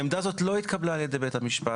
העמדה הזאת לא התקבלה על ידי בית המשפט,